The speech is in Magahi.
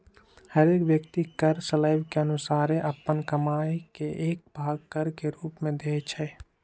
हरेक व्यक्ति कर स्लैब के अनुसारे अप्पन कमाइ के एक भाग कर के रूप में देँइ छै